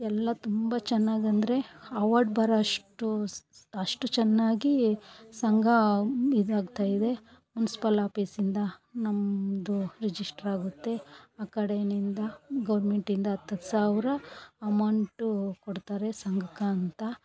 ಎಲ್ಲ ತುಂಬ ಚೆನ್ನಾಗಂದ್ರೆ ಅವಾರ್ಡ್ ಬರೋ ಅಷ್ಟು ಸಹ ಅಷ್ಟು ಚೆನ್ನಾಗಿ ಸಂಘ ಇದಾಗ್ತಾ ಇದೆ ಮುನ್ಸ್ಪಾಲ್ ಆಫೀಸಿಂದ ನಮ್ಮದು ರಿಜಿಸ್ಟ್ರಾಗುತ್ತೆ ಆಕಡೆನಿಂದ ಗೌರ್ಮೆಂಟಿಂದ ಹತ್ತತ್ತು ಸಾವಿರ ಅಮೌಂಟು ಕೊಡ್ತಾರೆ ಸಂಘಕ್ಕೆ ಅಂತ